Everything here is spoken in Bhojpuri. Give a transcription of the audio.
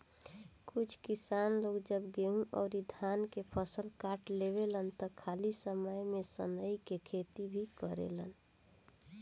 कुछ किसान लोग जब गेंहू अउरी धान के फसल काट लेवेलन त खाली समय में सनइ के खेती भी करेलेन